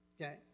Okay